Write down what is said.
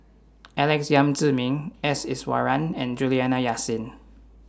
Alex Yam Ziming S Iswaran and Juliana Yasin